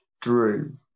Drew